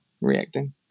reacting